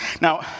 Now